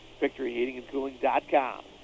VictoryHeatingandCooling.com